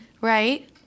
right